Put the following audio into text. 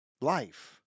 life